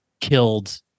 killed